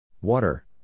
Water